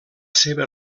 seva